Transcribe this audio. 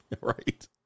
Right